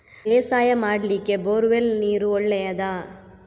ಬೇಸಾಯ ಮಾಡ್ಲಿಕ್ಕೆ bore well ನೀರು ಒಳ್ಳೆಯದಾ?